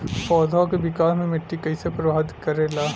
पौधा के विकास मे मिट्टी कइसे प्रभावित करेला?